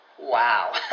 Wow